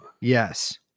Yes